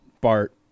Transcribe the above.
Bart